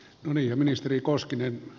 sitten ministeri koskinen